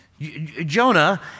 Jonah